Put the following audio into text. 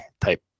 type